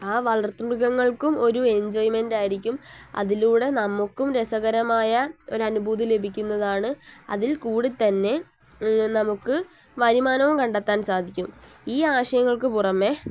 ആ വളർത്തുമൃഗങ്ങൾക്കും ഒരു എൻജോയ്മെൻറ് ആയിരിക്കും അതിലൂടെ നമുക്കും രസകരമായ ഒരു അനുഭൂതി ലഭിക്കുന്നതാണ് അതിൽ കൂടി തന്നെ നമുക്ക് വരുമാനവും കണ്ടെത്താൻ സാധിക്കും ഈ ആശയങ്ങൾക്ക് പുറമേ